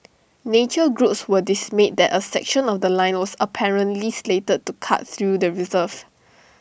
nature groups were dismayed that A section of The Line was apparently slated to cut through the reserve